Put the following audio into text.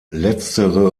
letztere